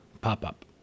pop-up